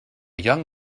young